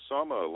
Summer